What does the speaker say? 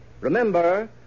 Remember